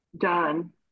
done